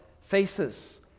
faces